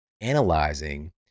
analyzing